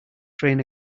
train